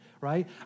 right